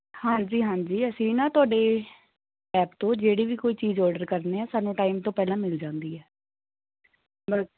ਹਾਂਜੀ ਹਾਂਜੀ ਅਸੀਂ ਨਾ ਤੁਹਾਡੇ ਐਪ ਤੋਂ ਜਿਹੜੀ ਵੀ ਕੋਈ ਚੀਜ਼ ਔਡਰ ਕਰਨੇ ਆ ਸਾਨੂੰ ਟਾਈਮ ਤੋਂ ਪਹਿਲਾਂ ਮਿਲ ਜਾਂਦੀ ਹੈ